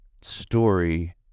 story